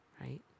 right